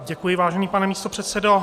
Děkuji, vážený pane místopředsedo.